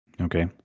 Okay